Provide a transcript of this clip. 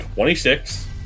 Twenty-six